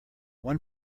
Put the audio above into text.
one